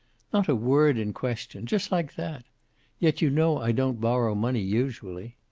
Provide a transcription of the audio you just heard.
not a word in question. just like that! yet you know i don't borrow money, usually.